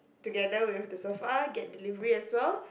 together with the sofa get the delivery as well